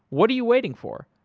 what are you waiting for?